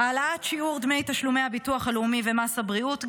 העלאת שיעור דמי תשלומי הביטוח הלאומי ומס הבריאות,